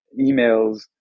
emails